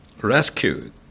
rescued